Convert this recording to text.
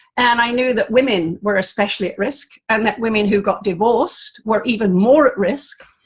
and i knew that women were especially at risk, and that women who got divorced were even more at risk,